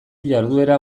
jarduera